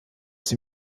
sie